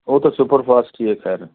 ਉਹ ਤਾਂ ਸੁਪਰਫਾਸਟ ਹੀ ਹੈ ਖੈਰ